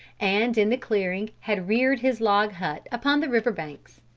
and in the clearing had reared his log hut, upon the river banks.